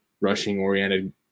rushing-oriented